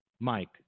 Mike